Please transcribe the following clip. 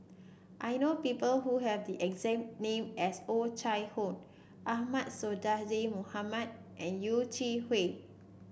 I know people who have the exact name as Oh Chai Hoo Ahmad Sonhadji Mohamad and Yeh Chi Wei